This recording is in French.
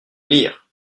lire